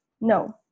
No